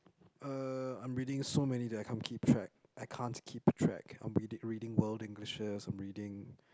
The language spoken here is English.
uh I'm reading so many that I can't keep track I can't keep track I'm reading reading world Englishes I'm reading